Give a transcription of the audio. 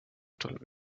tuleb